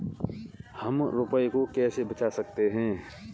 हम रुपये को कैसे बचा सकते हैं?